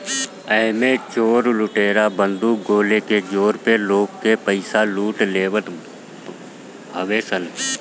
एमे चोर लुटेरा बंदूक गोली के जोर पे लोग के पईसा लूट लेवत हवे सन